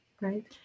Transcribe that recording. Right